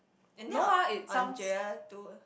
and then An~ Andrea too ah